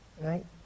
Right